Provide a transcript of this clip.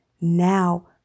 Now